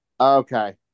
Okay